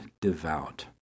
devout